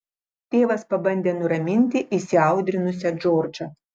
tėvas pabandė nuraminti įsiaudrinusią džordžą